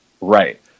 right